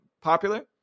popular